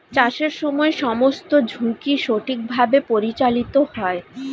চাষের সময় সমস্ত ঝুঁকি সঠিকভাবে পরিচালিত হয়